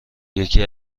یکی